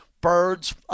birds